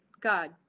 god